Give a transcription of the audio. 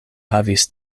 havis